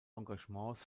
engagements